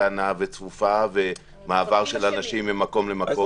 קטנה וצפופה ומעבר של אנשים ממקום למקום.